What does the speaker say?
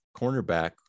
cornerback